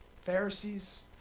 Pharisees